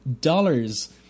dollars